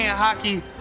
hockey